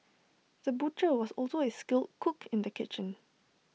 the butcher was also A skilled cook in the kitchen